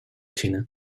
china